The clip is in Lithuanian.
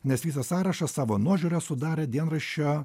nes visą sąrašą savo nuožiūra sudarė dienraščio